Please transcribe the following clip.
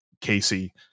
Casey